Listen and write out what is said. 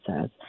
says